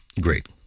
Great